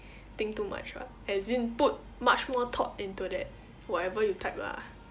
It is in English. think too much [what] as in put much more thought into that whatever you type lah